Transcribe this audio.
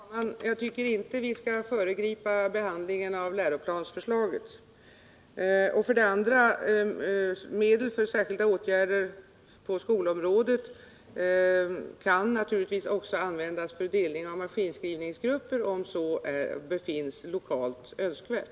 Herr talman! För det första tycker jag inte att vi skall föregripa behandlingen av läroplansförslaget. För det andra: Medel för särskilda åtgärder på skolans område kan naturligtvis också användas för delning av maskinskrivningsgrupper om så befinns lokalt önskvärt.